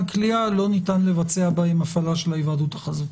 כליאה לא ניתן לבצע בהם הפעלה של ההיוועדות החזותית.